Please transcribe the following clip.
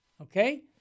okay